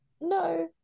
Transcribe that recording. No